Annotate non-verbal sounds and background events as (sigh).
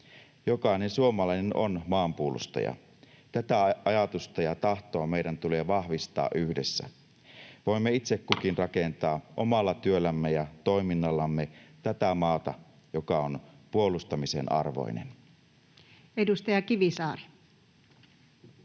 Jokainen suomalainen on maanpuolustaja. Tätä ajatusta ja tahtoa meidän tulee vahvistaa yhdessä. Voimme itse kukin (noise) rakentaa omalla työllämme ja toiminnallamme tätä maata, joka on puolustamisen arvoinen. [Speech 212]